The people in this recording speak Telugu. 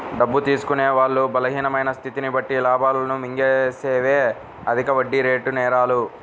డబ్బు తీసుకునే వాళ్ళ బలహీనమైన స్థితిని బట్టి లాభాలను మింగేసేవే అధిక వడ్డీరేటు నేరాలు